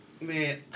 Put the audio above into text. Man